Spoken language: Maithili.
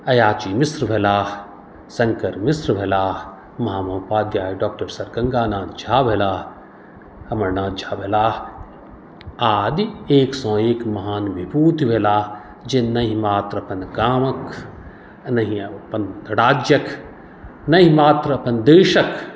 आयाची मिश्र भेलाह शङ्कर मिश्र भेलाह महामहोपाध्याय डॉक्टर सर गङ्गा नाथ झा भेलाह अमरनाथ झा भेलाह आदि एकसँ एक महान विभूति भेलाह जे नहि मात्र अपन गामक नहि अपन राज्यक नहि मात्र अपन देशक